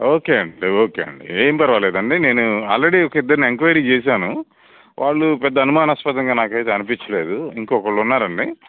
okay అండి okay అండి ఏం పర్వాలేదండి నేను ఆల్రెడీ ఒక ఇద్దరిని ఎంక్వయిరీ చేశాను వాళ్ళు పెద్ద అనుమానాస్పదంగా నాకు అయితే అనిపించలేదు ఇంకా ఒకళ్ళు ఉన్నారండి